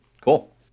Cool